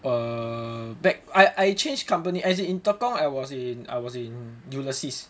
err back I I change company as in in Tekong I was in I was in Ulysses